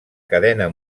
cadena